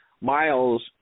Miles